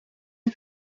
une